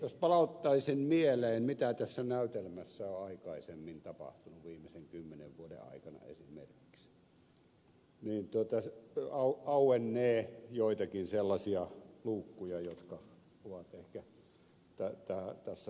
jos palauttaisin mieleen mitä tässä näytelmässä on aikaisemmin tapahtunut viimeisen kymmenen vuoden aikana esimerkiksi niin auennee joitakin sellaisia luukkuja jotka ovat ehkä tässä tarpeellisia